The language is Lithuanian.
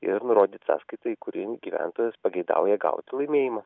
ir nurodyt sąskaitą į kurį gyventojas pageidauja gauti laimėjimą